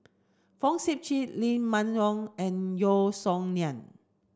Fong Sip Chee Lee Man Yong and Yeo Song Nian